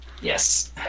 Yes